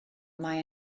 mae